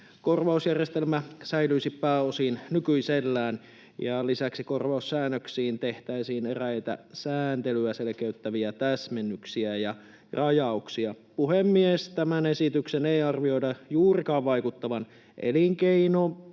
korvausjärjestelmä säilyisi pääosin nykyisellään, ja lisäksi korvaussäännöksiin tehtäisiin eräitä sääntelyä selkeyttäviä täsmennyksiä ja rajauksia. Puhemies! Tämän esityksen ei arvioida juurikaan vaikuttavan elinkeinotoimintaa